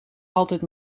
altijd